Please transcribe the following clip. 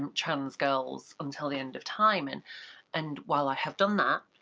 and trans girls until the end of time, and and while i have done that,